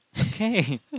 Okay